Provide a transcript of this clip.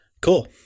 Cool